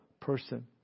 person